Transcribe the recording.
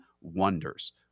wonders